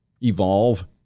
evolve